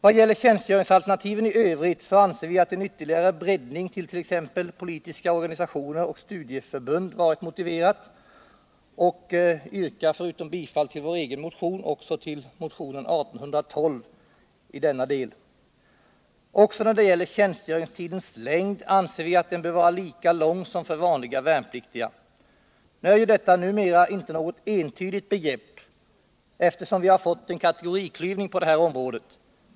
Vad gäller tjänstgöringsalternativen i övrigt anser vi att en ytterligare breddning till t.ex. politiska organisationer och studieförbund är motiverad, och jag yrkar förutom bifall till vår egen motion också bifall till motionen 1892. Tjänstgöringstidens längd anser vi bör vara lika lång som för vanliga värnpliktiga. Detta är ju numera inte något entydigt begrepp, eftersom vi har fått en kategoriklyvning på det här området.